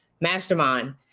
mastermind